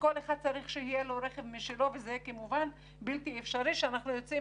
שכל אחד צריך שיהיה לו רכב משלו וזה כמובן בלתי אפשרי כשאנחנו יוצאים